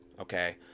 okay